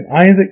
Isaac